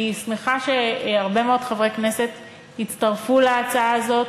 אני שמחה שהרבה מאוד חברי כנסת הצטרפו להצעה הזו.